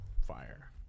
fire